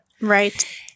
Right